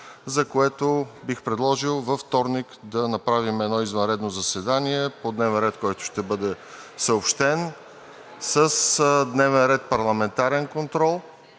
за което бих предложил във вторник да направим едно извънредно заседание по дневен ред, който ще бъде съобщен, с дневен ред – парламентарен контрол,